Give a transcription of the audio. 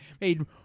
made